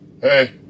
Hey